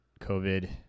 COVID –